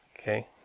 Okay